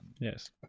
Yes